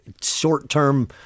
short-term